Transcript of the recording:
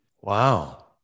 Wow